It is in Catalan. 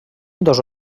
dos